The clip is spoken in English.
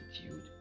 attitude